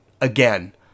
again